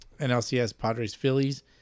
NLCS-Padres-Phillies